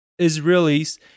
Israelis